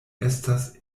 estas